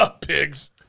Pigs